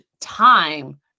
time